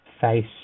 face